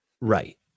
Right